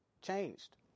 Changed